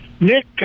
Nick